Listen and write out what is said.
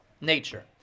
nature